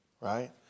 right